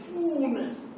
fullness